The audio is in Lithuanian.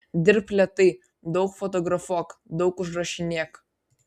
dirbk lėtai daug fotografuok daug užrašinėk